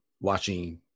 watching